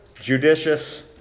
Judicious